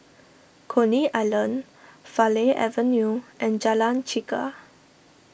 Coney Island Farleigh Avenue and Jalan Chegar